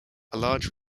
large